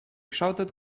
shouted